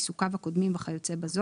עיסוקיו הקודמים וכיוצב'.